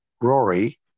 Rory